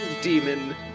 demon